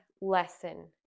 lesson